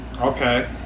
Okay